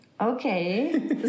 Okay